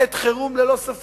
עת חירום, ללא ספק.